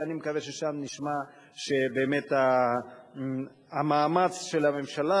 ואני מקווה ששם נשמע שבאמת המאמץ של הממשלה